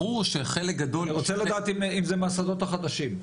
אני רוצה לדעת אם זה מהשדות החדשים.